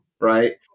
right